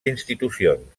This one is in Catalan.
institucions